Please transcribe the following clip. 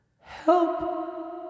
Help